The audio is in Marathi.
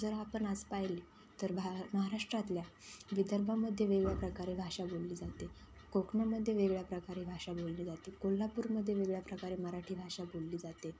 जर आपण आज पाहिली तर भा महाराष्ट्रातल्या विदर्भामध्ये वेगळ्या प्रकारे भाषा बोलली जाते कोकणामध्ये वेगळ्या प्रकारे भाषा बोलली जाते कोल्हापूरमध्ये वेगळ्या प्रकारे मराठी भाषा बोलली जाते